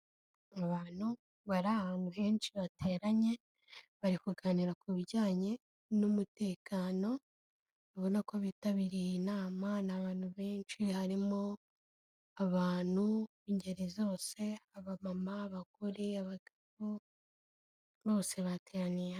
Abantu bari ahantu henshi hateranye bari kuganira ku bijyanye n'umutekano. Ubona ko bitabiriye iyi nama abantu benshi harimo abantu b'ingeri zose abamama, abagore, abagabo, bose bateraniye hamwe.